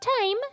Time